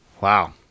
wow